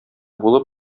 булып